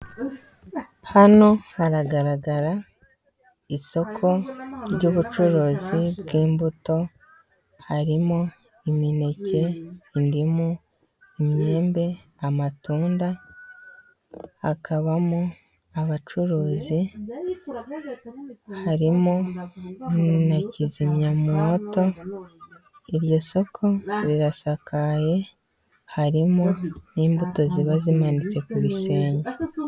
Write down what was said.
Hano haragaragara isoko ry'ubucuruzi bw'imbuto. Harimo imineke, indimu, imyembe, amatunda. Hakabamo abacuruzi, harimo na kizimyamoto. Iryo soko rirasakaye, harimo n'imbuto ziba zimanitse ku bisenge.